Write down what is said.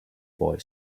boy